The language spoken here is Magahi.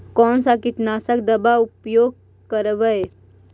कोन सा कीटनाशक दवा उपयोग करबय?